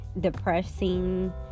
depressing